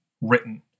written